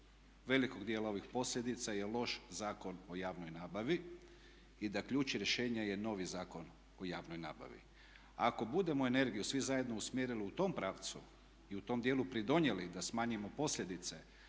velikog dijela ovih posljedica je loš Zakon o javnoj nabavi i da ključ rješenja je novi Zakon o javnoj nabavi. Ako budemo energiju svi zajedno usmjerili u tom pravcu i u tom dijelu pridonijeli da smanjimo posljedice,